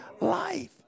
life